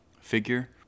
figure